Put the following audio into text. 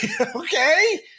okay